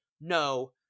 no